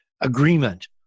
agreement